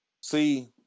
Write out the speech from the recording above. See